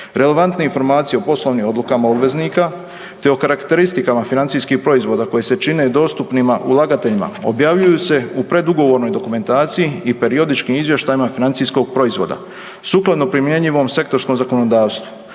Relevantne informacije o poslovnim odlukama obveznika te o karakteristikama financijskih proizvoda koji se čine dostupnima ulagateljima, objavljuju se u predugovornoj dokumentaciji i periodičkih izvještajima financijskog proizvoda sukladno primjenjivom sektorskom zakonodavstvu.